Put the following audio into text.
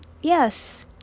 yes